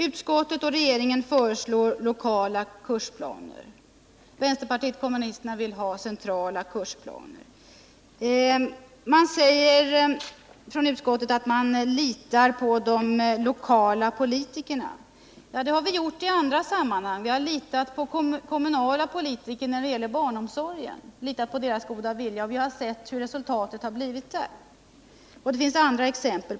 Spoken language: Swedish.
Utskottet och regeringen föreslår lokala kursplaner, medan vänsterpartiet kommunisterna vill ha centrala kursplaner. Utskottet säger sig lita på de lokala politikerna. Ja, det har vi gjort i andra sammanhang. Vi har litat på kommunala politikers goda vilja när det gällt barnomsorgen, men vi har sett hur resultatet har blivit där. Det finns också andra liknande exempel.